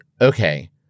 okay